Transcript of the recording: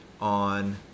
on